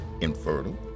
infertile